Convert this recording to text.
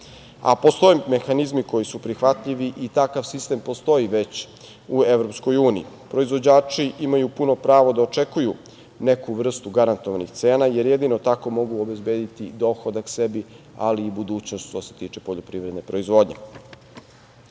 Postoje mehanizmi koji su prihvatljivi i takav sistem postoji već u Evropskoj uniji. Proizvođači imaju puno pravo da očekuju neku vrstu garantovanih cena, jer jedino tako mogu obezbediti dohodak sebi, ali i budućnost što se tiče poljoprivredne proizvodnje. Usvajanje